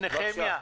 נחמיה,